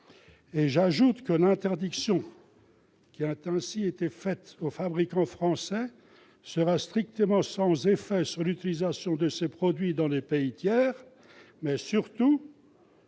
J'ajoute que l'interdiction ainsi opposée aux fabricants français sera strictement sans effet sur l'utilisation de ces produits dans les pays tiers, lesquels